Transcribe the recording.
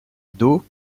dos